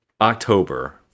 October